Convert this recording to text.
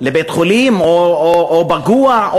לבית-חולים או פגוע,